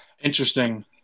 Interesting